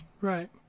Right